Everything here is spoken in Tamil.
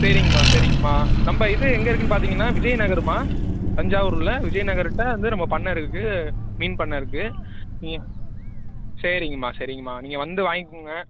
சரிங்கம்மா சரிங்கம்மா நம்ப இது எங்கள் இருக்குதுன்னு பார்த்தீங்கன்னா விஜய நகரும்மா தஞ்சாவூரில் விஜய நகருகிட்ட வந்து நம்ம பண்ணை இருக்குது மீன் பண்ணை இருக்குது நீங்கள் சரிங்கம்மா சரிங்கம்மா நீங்கள் வந்து வாங்க்குங்க